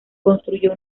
construyó